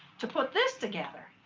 to put this together?